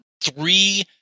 three